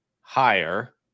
higher